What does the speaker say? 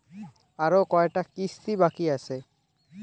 আরো কয়টা কিস্তি বাকি আছে?